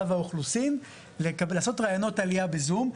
והאוכלוסין לעשות ראיונות עלייה בזום,